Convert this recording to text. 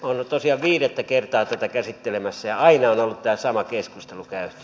olen tosiaan viidettä kertaa tätä käsittelemässä ja aina on tämä sama keskustelu käyty